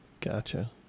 Gotcha